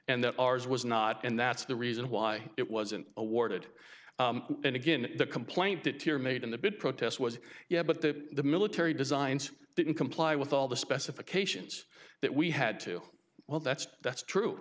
that ours was not and that's the reason why it wasn't awarded and again the complaint that tear made in the big protest was yeah but that the military designs didn't comply with all the specifications that we had to well that's that's true